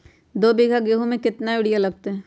दो बीघा गेंहू में केतना यूरिया लगतै?